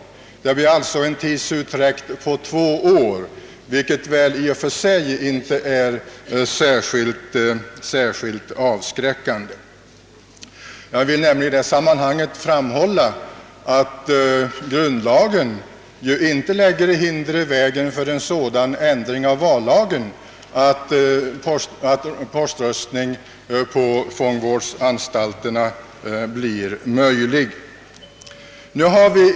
Det blir alltså en tidsutdräkt på två år i det senare fallet, vilket väl i och för sig inte är särskilt avskräckande. Jag vill i detta sammanhang framhålla, att grundlagen ju inte lägger hinder i vägen för en sådan ändring av vallagen, att poströstning på fångvårdsanstalterna blir möjlig redan vid nästa års val.